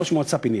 כראש מועצה פיניתי.